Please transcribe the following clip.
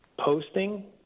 posting